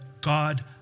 God